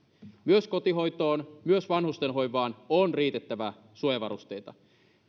myös kotihoitoon myös vanhustenhoivaan on riitettävä suojavarusteita varsinkin